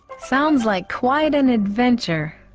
sounds like quite an adventure,